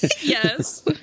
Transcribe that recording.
yes